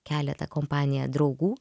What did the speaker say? keletą kompanija draugų